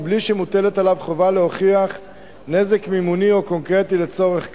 מבלי שמוטלת עליו חובה להוכיח נזק ממוני או קונקרטי לצורך כך.